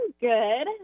good